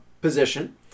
position